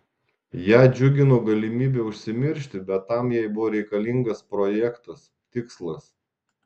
ją džiugino galimybė užsimiršti bet tam jai buvo reikalingas projektas tikslas